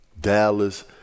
Dallas